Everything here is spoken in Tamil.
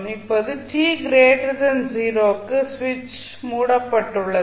இப்போது t 0 க்கு சுவிட்ச் மூடப்பட்டுள்ளது